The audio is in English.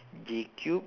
J cube